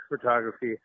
photography